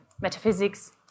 Metaphysics